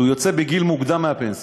שהוא יוצא בגיל מוקדם לפנסיה,